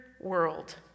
world